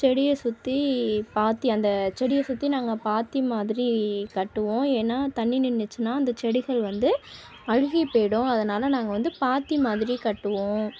செடியை சுற்றி பாத்தி அந்த செடியை சுற்றி நாங்கள் பாத்தி மாதிரி கட்டுவோம் ஏன்னால் தண்ணி நின்றுச்சுனா அந்த செடிகள் வந்து அழுகி போயிடும் அதனால் நாங்கள் வந்து பாத்தி மாதிரி கட்டுவோம்